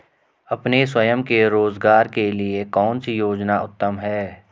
अपने स्वयं के रोज़गार के लिए कौनसी योजना उत्तम है?